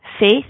faith